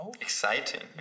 exciting